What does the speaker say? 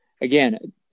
again